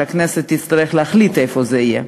והכנסת תצטרך להחליט איפה זה יהיה,